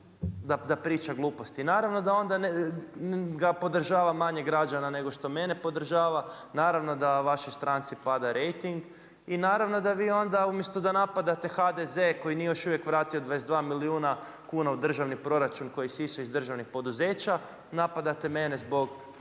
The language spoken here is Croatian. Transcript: da priča gluposti i naravno da onda ga podržava manje građana nego što mene podražava, naravno da vašoj stranci para rejting i naravno da vi onda umjesto da napadate HDZ koji nije još uvijek 22 milijuna kuna u državni proračun koji je isisao iz državnih poduzeća, napadate mene zbog